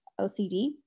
OCD